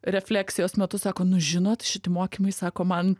refleksijos metu sako nu žinot šiti mokymai sako man